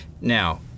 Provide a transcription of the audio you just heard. Now